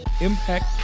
impact